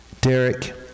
Derek